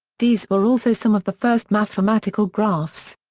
these were also some of the first mathematical graphs.